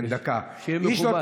שיהיה מכובד.